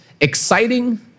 exciting